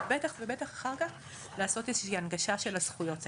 ובטח ובטח אחר כך לעשות איזושהי הנגשה של הזכויות האלה.